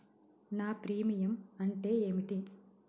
నా ప్రీమియం అంటే ఏమిటి?